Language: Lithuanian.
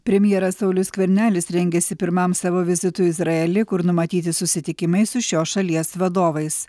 premjeras saulius skvernelis rengiasi pirmam savo vizitui izraely kur numatyti susitikimai su šios šalies vadovais